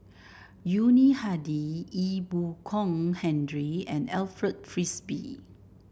Yuni Hadi Ee Boon Kong Henry and Alfred Frisby